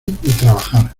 trabajar